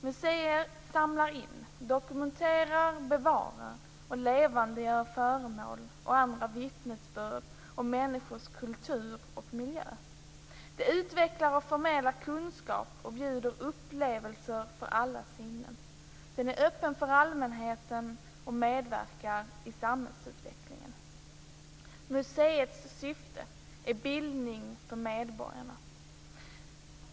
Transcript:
Museer samlar in, dokumenterar, bevarar och levandegör föremål och andra vittnesbörd om människors kultur och miljö. De utvecklar och förmedlar kunskap och bjuder upplevelser för alla sinnen. De är öppna för allmänheten och medverkar i samhällsutvecklingen. Museets syfte är bildning för medborgarna.